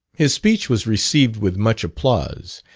his speech was received with much applause,